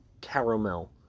caramel